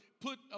put